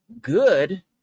good